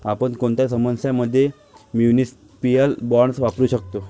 आपण कोणत्या समस्यां मध्ये म्युनिसिपल बॉण्ड्स वापरू शकतो?